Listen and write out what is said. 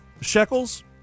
shekels